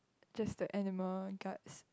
just the animal guts